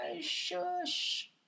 shush